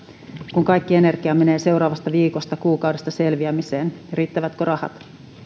kun kaikki energia menee seuraavasta viikosta ja kuukaudesta selviämiseen riittävätkö rahat